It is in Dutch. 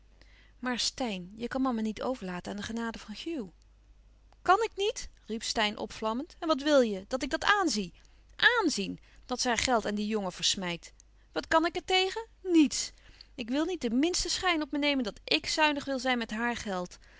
maar steyn je kan mama niet overlaten aan de genade van hugh kan ik niet riep steyn opvlammend en wat wil je dat ik dat aanzie aànzièn dat ze haar geld aan dien jongen versmijt wat kan ik er tegen niets ik wil niet den minsten schijn op me nemen dat ik zuinig wil zijn met haar geld